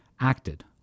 acted